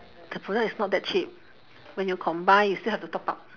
the product is not that cheap when you combine you still have to top up